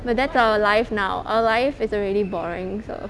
but that's our life now our life is already boring so